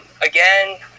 Again